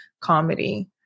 comedy